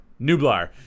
Nublar